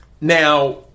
Now